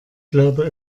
glaube